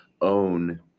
own